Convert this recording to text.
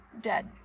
dead